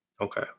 Okay